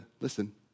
listen